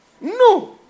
No